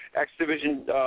X-Division